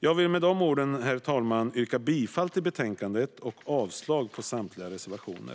Jag vill yrka bifall till förslaget i betänkandet och avslag på samtliga reservationer.